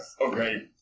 Okay